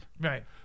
Right